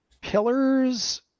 pillars